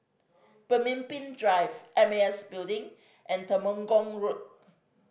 Pemimpin Drive M A S Building and Temenggong Road